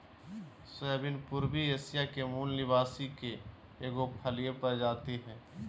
soybean पूर्वी Asia के मूल निवासी के एगो फलिय प्रजाति हइ